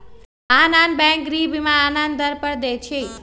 आन आन बैंक गृह बीमा आन आन दर पर दइ छै